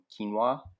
quinoa